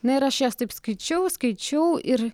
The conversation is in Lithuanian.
na ir aš jas taip skaičiau skaičiau ir